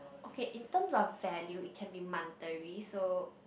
okay in terms of value it can be monetary so